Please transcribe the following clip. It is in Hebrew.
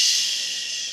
ששש,